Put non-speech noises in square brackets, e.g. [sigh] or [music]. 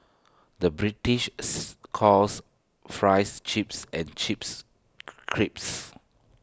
the British [noise] calls Fries Chips and Chips Crisps